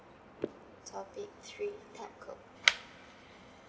topic three TELCO